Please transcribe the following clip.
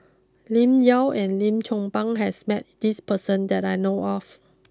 Lim Yau and Lim Chong Pang has met this person that I know of